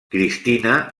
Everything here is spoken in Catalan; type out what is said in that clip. cristina